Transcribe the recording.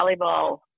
volleyball